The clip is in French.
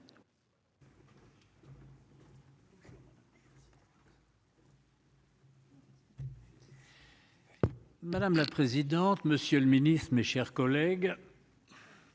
Madame la présidente. Monsieur le Ministre, mes chers collègues.